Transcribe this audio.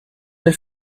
nel